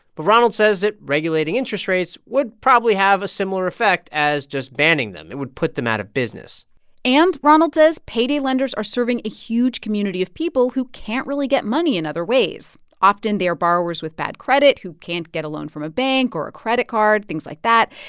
but ronald says that regulating interest rates would probably have a similar effect as just banning them. it would put them out of business and ronald says payday lenders are serving a huge community of people who can't really get money in other ways. often, they're borrowers with bad credit who can't get a loan from a bank or a credit card things like that.